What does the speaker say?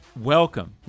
welcome